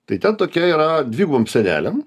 tai ten tokia yra dvigubom sienelėm